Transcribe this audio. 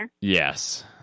Yes